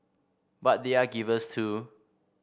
but they are givers too